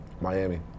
Miami